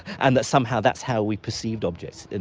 and that somehow that's how we perceived objects. and